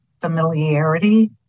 familiarity